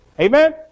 Amen